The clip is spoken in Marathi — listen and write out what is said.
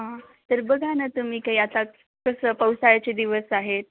हा तर बघा ना तुम्ही काही आता कसं पावसाळ्याचे दिवस आहेत